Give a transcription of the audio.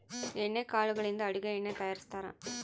ಎಣ್ಣೆ ಕಾಳುಗಳಿಂದ ಅಡುಗೆ ಎಣ್ಣೆ ತಯಾರಿಸ್ತಾರಾ